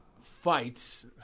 fights